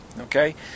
Okay